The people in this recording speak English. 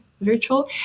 virtual